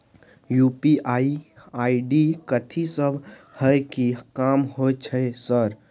UPI ID कथि सब हय कि काम होय छय सर?